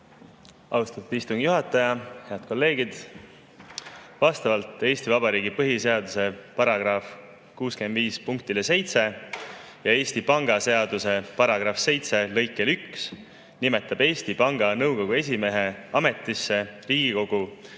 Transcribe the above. Austatud istungi juhataja! Head kolleegid! Vastavalt Eesti Vabariigi põhiseaduse § 65 punktile 7 ja Eesti Panga seaduse § 7 lõikele 1 nimetab Eesti Panga Nõukogu esimehe ametisse Riigikogu